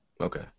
Okay